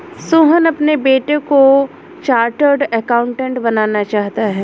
सोहन अपने बेटे को चार्टेट अकाउंटेंट बनाना चाहता है